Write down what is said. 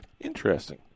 Interesting